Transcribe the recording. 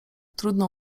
trudno